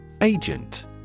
Agent